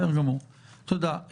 תודה.